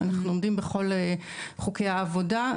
אנחנו עומדים בכל חוקי העבודה,